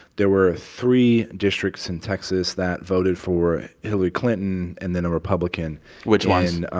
there were three districts in texas that voted for hillary clinton and then a republican which ones?